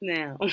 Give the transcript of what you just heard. now